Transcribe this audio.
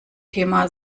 thema